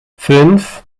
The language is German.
fünf